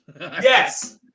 Yes